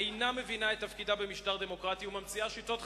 אינה מבינה את תפקידה במשטר דמוקרטי וממציאה שיטות חדשות.